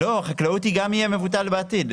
לא, חקלאות גם יהיה מבוטל בעתיד.